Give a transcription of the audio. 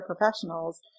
professionals